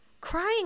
Crying